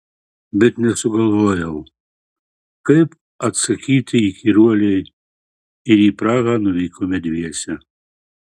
bet nesugalvojau kaip atsakyti įkyruolei ir į prahą nuvykome dviese